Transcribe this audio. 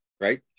Right